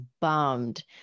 bummed